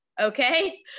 Okay